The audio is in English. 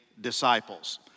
disciples